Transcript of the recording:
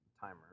Timer